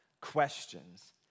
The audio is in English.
questions